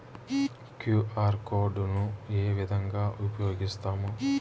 QR code ను ఏ విధంగా ఉపయగిస్తాము?